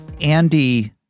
Andy